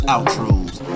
Outros